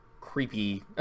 creepy